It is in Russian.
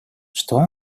что